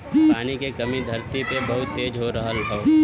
पानी के कमी धरती पे बहुत तेज हो रहल हौ